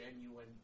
genuine